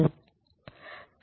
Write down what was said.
நான்காவது வாரம்